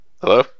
Hello